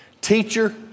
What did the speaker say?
Teacher